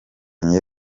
kandi